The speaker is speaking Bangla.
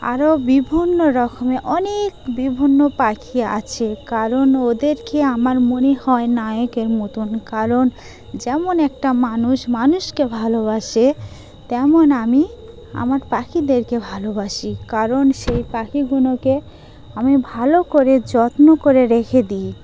আরও বিভিন্ন রকমের অনেক বিভিন্ন পাখি আছে কারণ ওদেরকে আমার মনে হয় নায়কের মতন কারণ যেমন একটা মানুষ মানুষকে ভালোবাসে তেমন আমি আমার পাখিদেরকে ভালোবাসি কারণ সেই পাখিগুলোকে আমি ভালো করে যত্ন করে রেখে দিই